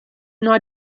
nei